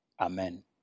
Amen